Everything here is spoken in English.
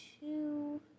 two